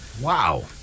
Wow